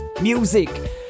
music